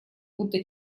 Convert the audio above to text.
будто